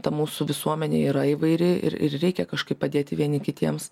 ta mūsų visuomenė yra įvairi ir ir reikia kažkaip padėti vieni kitiems